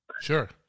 sure